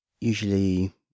usually